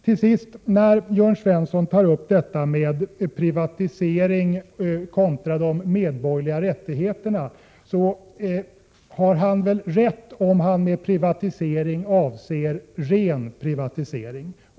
Till sist: Jörn Svensson tog upp privatisering kontra medborgerliga rättigheter. Han har väl rätt, om han med ”Pprivatisering” avser ren privatisering.